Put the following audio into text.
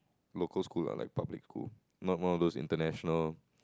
local school are like public school not one of those international